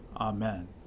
Amen